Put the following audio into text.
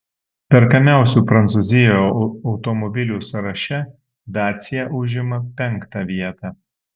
perkamiausių prancūzijoje automobilių sąraše dacia užima penktą vietą